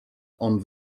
ond